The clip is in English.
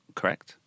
correct